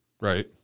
Right